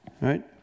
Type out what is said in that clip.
right